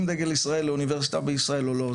דגל ישראל לאוניברסיטה בישראל או לא.